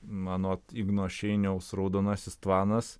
mano igno šeiniaus raudonasis tvanas